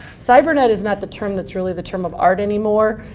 cybernet is not the term that's really the term of art anymore.